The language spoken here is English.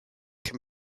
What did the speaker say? can